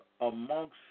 amongst